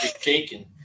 shaking